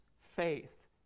faith